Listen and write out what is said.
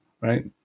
right